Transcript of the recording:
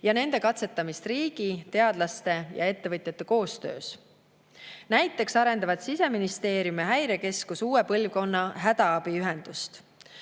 ja nende katsetamist riigi, teadlaste ja ettevõtjate koostöös. Näiteks arendavad Siseministeerium ja Häirekeskus uue põlvkonna hädaabiühendust.